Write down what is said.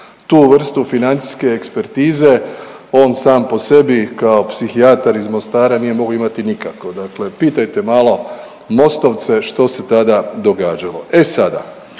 Tu vrstu financijske ekspertize on sam po sebi kao psihijatar iz Mostara nije mogao imati nikao. Dakle, pitajte malo Mostovce što se tada događalo. E sada,